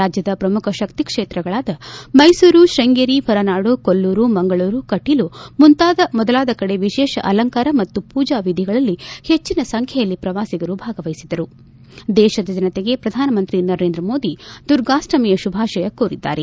ರಾಜ್ಜದ ಶ್ರಮುಖ ಶಕ್ತಿ ಕ್ಷೇತ್ರಗಳಾದ ಮೈಸೂರು ಶೃಂಗೇರಿ ಹೊರನಾಡು ಕೊಲ್ಡೂರು ಮಂಗಳೂರು ಕಟೀಲು ಮೊದಲಾದ ಕಡೆ ವಿಶೇಷ ಅಲಂಕಾರ ಮತ್ತು ಪೂಜಾ ವಿಧಿಗಳಲ್ಲಿ ಹೆಚ್ಚಿನ ಸಂಖ್ಯೆಯಲ್ಲಿ ಪ್ರವಾಸಿಗರು ಭಾಗವಹಿಸಿದರು ದೇಶದ ಜನತೆಗೆ ಪ್ರಧಾನಮಂತ್ರಿ ನರೇಂದ್ರ ಮೋದಿ ದುರ್ಗಾಷ್ಷಮಿಯ ಶುಭಾಶಯ ಕೋರಿದ್ದಾರೆ